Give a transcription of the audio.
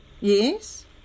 Yes